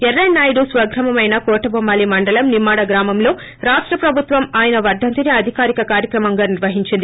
ఎర్రన్నాయుడు స్వగ్రామం అయిన కోటబొమ్మాళి మండలం నిమ్మాడ గ్రామంలో రాష్ట్ర ప్రభుత్వం ఆయన వర్ధంతినే అధికారిక కార్యక్రమంగా నిర్వహించింది